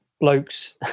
blokes